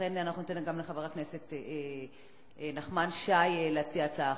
ולכן ניתן גם לחבר הכנסת נחמן שי להציע הצעה אחרת.